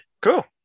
cool